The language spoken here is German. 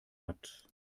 hat